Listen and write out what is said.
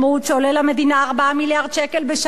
שעולה למדינה 4 מיליארדי שקל בשנה,